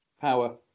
Power